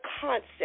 concept